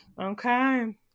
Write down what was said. okay